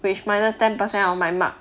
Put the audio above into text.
which minus ten percent of my mark